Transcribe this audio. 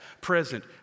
present